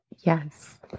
Yes